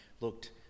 Looked